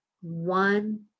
One